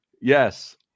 Yes